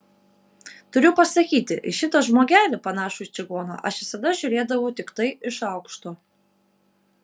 turiu pasakyti į šitą žmogelį panašų į čigoną aš visada žiūrėdavau tiktai iš aukšto